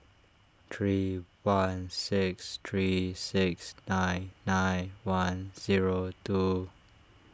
three one six three six nine nine one zero two